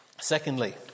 Secondly